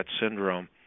syndrome